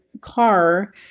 car